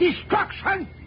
destruction